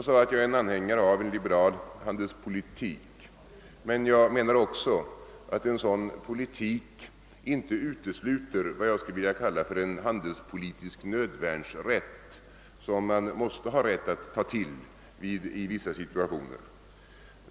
Trots att jag alltså är anhängare av en liberal handelspolitik, anser jag att en sådan politik inte utesluter vad jag skulle vilja kalla en handelspolitisk nödvärnsrätt, som skulle kunna tillgripas i vissa situationer.